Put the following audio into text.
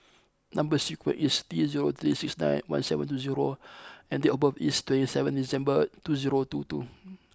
number sequence is T zero three six nine one seven two zero and date of birth is twenty seventh December two zero two two